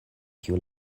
kiuj